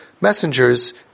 messengers